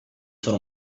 solo